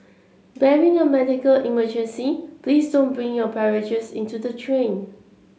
barring a medical emergency please don't bring your beverages into the train